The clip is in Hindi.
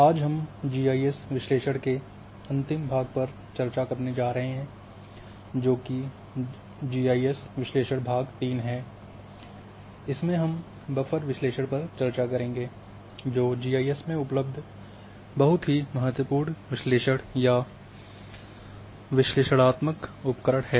आज हम जी आई एस विश्लेषण के अंतिम भाग पर चर्चा करने जा रहे हैं जो कि जी आई एस विश्लेषण भाग 3 है जिसमें हम बफर विश्लेषण पर चर्चा करेंगे जो जी आई एस में उपलब्ध बहुत ही महत्वपूर्ण विश्लेषण या विश्लेषणात्मक उपकरण हैं